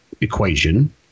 equation